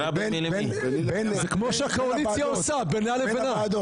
זה כמו שהקואליציה עושה, בינה לבינה.